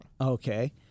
Okay